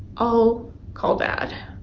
i'll call dad.